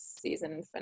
season